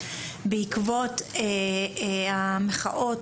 בעקבות המחאות,